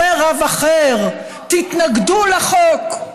אומר רב אחר, תתנגדו לחוק.